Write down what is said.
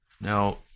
Now